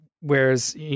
Whereas